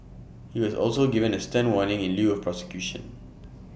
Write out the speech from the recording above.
he was also given A stern warning in lieu of prosecution